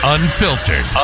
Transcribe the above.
Unfiltered